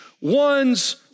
one's